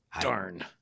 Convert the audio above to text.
Darn